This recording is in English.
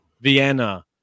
Vienna